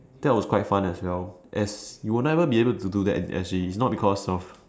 that was quite fun as well as you would not even be able to do that in S_G is not because of